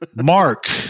mark